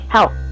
Help